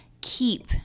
keep